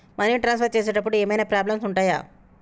Money transfer చేసేటప్పుడు ఏమైనా problems ఉంటయా?